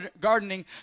gardening